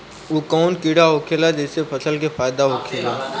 उ कौन कीड़ा होखेला जेसे फसल के फ़ायदा होखे ला?